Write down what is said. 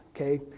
okay